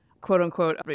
quote-unquote